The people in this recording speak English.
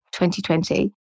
2020